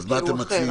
מה אתם מציעים?